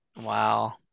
wow